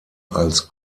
als